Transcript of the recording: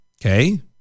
Okay